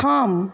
থাম